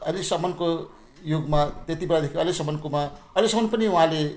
अहिलेसम्मको युगमा त्यति बेलादेखि अहिलेसम्मकोमा अहिलेसम्म पनि उहाँले